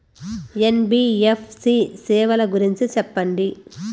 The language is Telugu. ఎన్.బి.ఎఫ్.సి సేవల గురించి సెప్పండి?